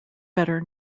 better